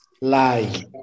lie